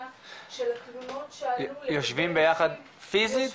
של התלונות --- יושבים ביחד פיזית?